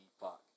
fuck